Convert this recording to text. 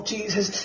Jesus